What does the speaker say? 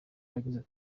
yagize